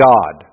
God